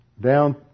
down